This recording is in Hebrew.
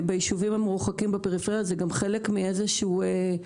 בישובים המרוחקים בפריפריה זה גם חלק מתרבות